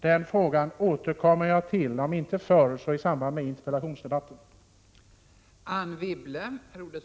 Den frågan återkommer jag till, om inte förr, så i samband med den kommande interpellationsdebatten.